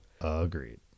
agreed